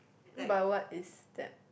but what is that